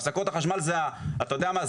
הפסקות החשמל, אתה יודע מה?